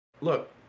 Look